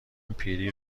پیری